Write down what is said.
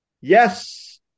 yes